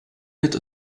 mit